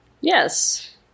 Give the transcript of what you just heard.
yes